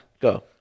Go